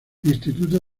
instituto